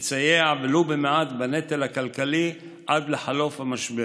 שתסייע ולו במעט בנטל הכלכלי עד לחלוף המשבר.